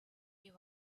you